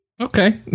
Okay